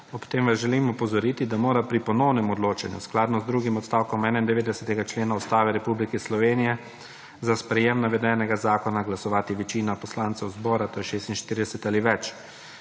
Ob tem vas želim opozoriti, da mora pri ponovnem odločanju, skladno z drugim odstavkom 91. člena Ustave Republike Slovenije, za sprejem navedenega zakona glasovati večina poslancev zbora, to je 46 ali več.